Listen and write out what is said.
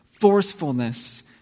Forcefulness